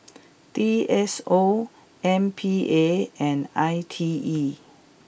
D S O M P A and I T E